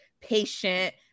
patient